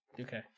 okay